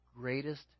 greatest